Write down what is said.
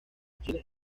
chile